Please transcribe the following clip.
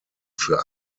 für